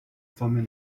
方面